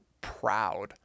proud